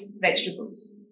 vegetables